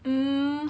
mm